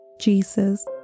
Jesus